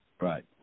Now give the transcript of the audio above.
right